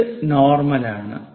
ഇത് നോർമലാണ്